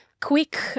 quick